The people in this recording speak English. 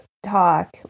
talk